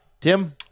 Tim